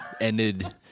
Ended